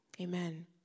Amen